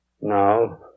No